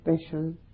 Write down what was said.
special